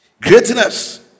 Greatness